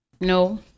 No